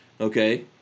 okay